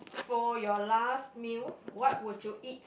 for your last meal what would you eat